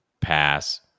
pass